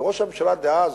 וראש הממשלה דאז,